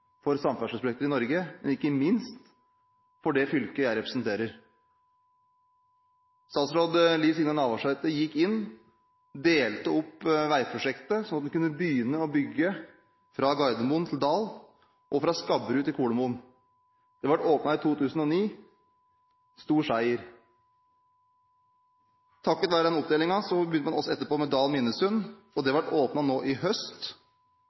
for samferdselsprosjekter i Norge – ikke minst for det fylket jeg representerer. Statsråd Liv Signe Navarsete gikk inn, delte opp veiprosjektet, så en kunne begynne å bygge fra Gardermoen til Dal og fra Skaberud til Kolomoen. Det ble åpnet i 2009 – en stor seier! Takket være den oppdelingen begynte man også etterpå med Dal–Minnesund, og det ble åpnet nå i høst,